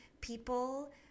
people